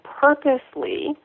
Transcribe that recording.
purposely